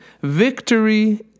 victory